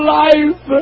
life